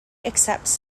accepts